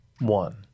One